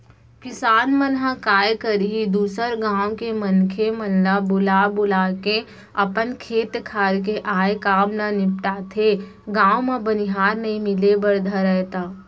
किसान मन ह काय करही दूसर गाँव के मनखे मन ल बुला बुलाके अपन खेत खार के आय काम ल निपटाथे, गाँव म बनिहार नइ मिले बर धरय त